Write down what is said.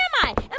i